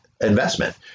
investment